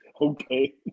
okay